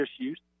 issues